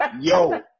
Yo